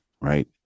right